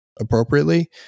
appropriately